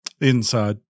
inside